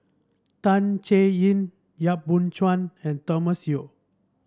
Tan Chay Yan Yap Boon Chuan and Thomas Yeo